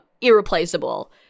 irreplaceable